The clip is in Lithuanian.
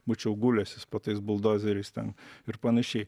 būčiau gulęsis po tais buldozeriais ten ir panašiai